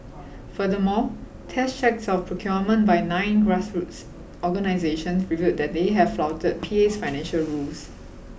furthermore test checks of procurement by nine grassroots organisations revealed that they have flouted P A S financial rules